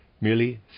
merely